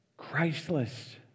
Christless